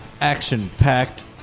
action-packed